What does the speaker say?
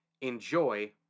enjoy